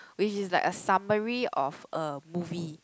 which is like a summary of a movie